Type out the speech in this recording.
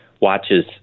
watches